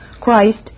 Christ